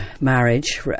marriage